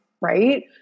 right